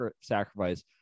sacrifice